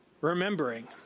remembering